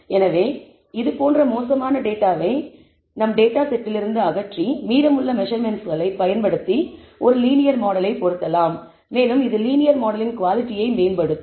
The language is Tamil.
எனவே இதுபோன்ற மோசமான டேட்டாவை எங்கள் டேட்டா செட்டிலிருந்து அகற்றி மீதமுள்ள மெஸர்மென்ட்ஸ்களைப் பயன்படுத்தி ஒரு லீனியர் மாடலை பொருத்தலாம் மேலும் இது லீனியர் மாடலின் குவாலிட்டியை மேம்படுத்தும்